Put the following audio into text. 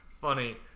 funny